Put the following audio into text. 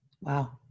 Wow